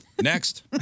Next